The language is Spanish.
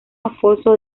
alfonso